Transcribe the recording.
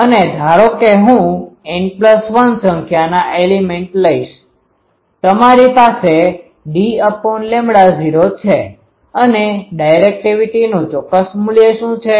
અને ધારો કે હું N1 સંખ્યાના એલીમેન્ટ લઈશ તમારી પાસે d૦ છે અને ડાયરેક્ટિવિટીનું ચોક્કસ મૂલ્ય શું છે